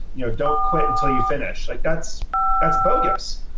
you know don't quit until you finish. like that's that's bogus.